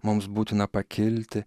mums būtina pakilti